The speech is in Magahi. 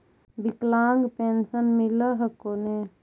विकलांग पेन्शन मिल हको ने?